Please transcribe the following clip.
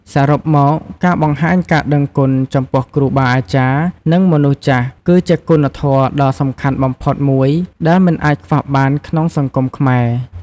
សរុបមក ការបង្ហាញការដឹងគុណចំពោះគ្រូបាអាចារ្យ និងមនុស្សចាស់ គឺជាគុណធម៌ដ៏សំខាន់បំផុតមួយដែលមិនអាចខ្វះបានក្នុងសង្គមខ្មែរ។